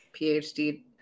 PhD